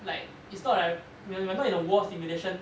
like it's not like we're not in a war stimulation